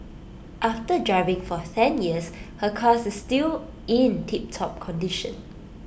after driving for ten years her car is still in tiptop condition